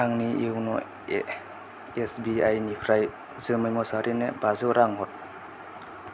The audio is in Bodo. आंनि इउन' एसबिआइ निफ्राय जोमै मुसाहारिनो बाजौ रां हर